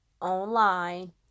online